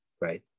right